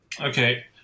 Okay